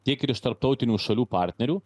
tiek ir iš tarptautinių šalių partnerių